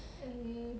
mm